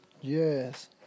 Yes